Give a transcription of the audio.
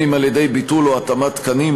על-ידי ביטול או התאמת תקנים,